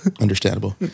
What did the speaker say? Understandable